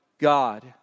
God